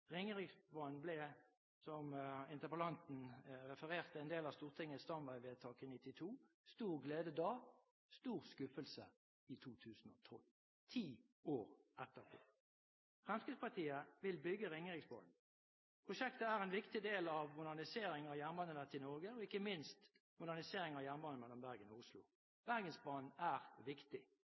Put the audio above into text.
Ringeriksbanen ble, som interpellanten refererte, en del av Stortingets stamvegvedtak i 1992 – stor glede da, stor skuffelse i 2012, ti år etterpå. Fremskrittspartiet vil bygge Ringeriksbanen. Prosjektet er en viktig del av moderniseringen av jernbanenettet i Norge og ikke minst moderniseringen av jernbanen mellom Bergen og Oslo. Bergensbanen er viktig.